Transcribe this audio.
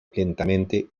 lentamente